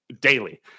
daily